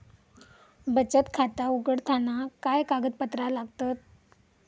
बचत खाता उघडताना काय कागदपत्रा लागतत?